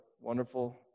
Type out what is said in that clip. wonderful